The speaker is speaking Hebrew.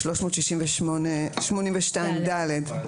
החדשה, 382(ד),